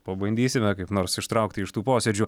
pabandysime kaip nors ištraukti jį iš tų posėdžių